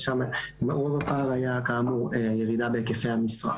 ששם רוב הפער היה כאמור ירידה בהיקפי המשרה,